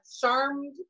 charmed